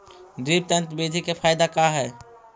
Drip तन्त्र बिधि के फायदा का है?